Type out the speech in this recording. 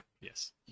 Yes